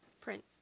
print